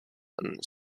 and